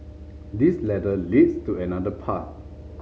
this ladder leads to another path